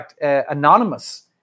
anonymous